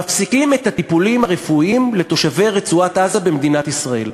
מפסיקים את הטיפולים הרפואיים לתושבי רצועת-עזה במדינת ישראל: